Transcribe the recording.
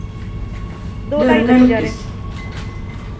दो ढाई बज्जी जाने